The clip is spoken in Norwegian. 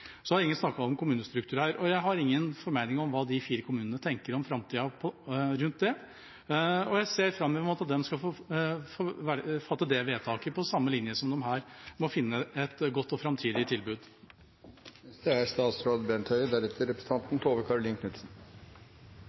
Så har ingen snakket om kommunestruktur her. Jeg har ingen formening om hva de fire kommunene tenker om framtida rundt det, og jeg ser fram mot at de skal få fatte det vedtaket på samme måte som de her må finne et godt og framtidig tilbud. Det kan nesten virke som om representanten